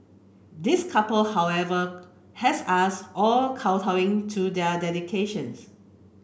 this couple however has us all kowtowing to their dedications